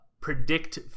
predict